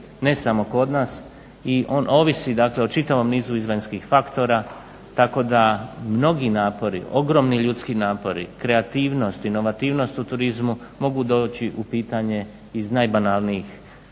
ne samo kod nas i on ovisi dakle o čitavom nizu vanjskih faktora tako da mnogi napori, ogromni ljudski napori, kreativnost, inovativnost u turizmu mogu doći u pitanje iz najbanalnijih